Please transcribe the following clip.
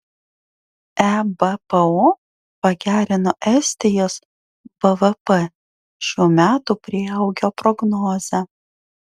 ebpo pagerino estijos bvp šių metų prieaugio prognozę